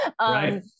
Right